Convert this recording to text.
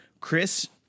Chris